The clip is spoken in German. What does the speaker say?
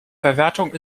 verwertung